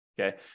okay